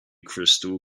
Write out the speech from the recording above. crystal